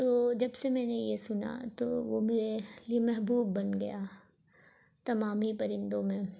تو جب سے میں نے یہ سنا تو وہ میرے لیے محبوب بن گیا تمام ہی پرندوں میں